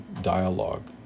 dialogue